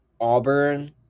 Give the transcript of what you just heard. Auburn